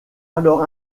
alors